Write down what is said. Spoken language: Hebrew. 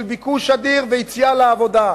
והערבית, של ביקוש אדיר ויציאה לעבודה.